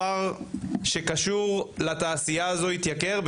בסופו של דבר הצלחתי על ידי גיוס קרן בבורסה בישראל ממשקיעים ישראלים